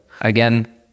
Again